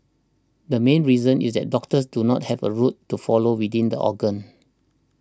the main reason is that doctors do not have a route to follow within the organ